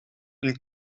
een